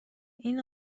این